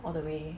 all the way